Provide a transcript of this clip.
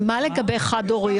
מה לגבי אימהות חד הוריות?